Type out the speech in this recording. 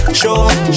show